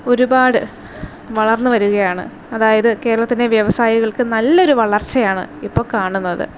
ഒരുപാട് വളർന്നു വരികയാണ് അതായത് കേരളത്തിൻ്റെ വ്യവസായികൾക്ക് നല്ലൊരു വളർച്ചയാണ് ഇപ്പം കാണുന്നത്